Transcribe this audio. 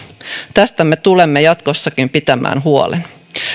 tästä me tulemme jatkossakin pitämään huolen